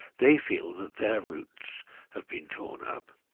they feel that their roots have been torn up.